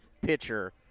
pitcher